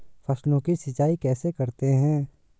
फसलों की सिंचाई कैसे करते हैं?